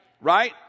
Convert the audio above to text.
Right